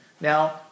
now